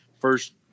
first